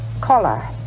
collar